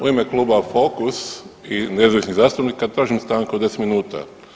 U ime Kluba Fokus i nezavisnih zastupnika tražim stanku od 10 minuta.